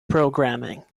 programming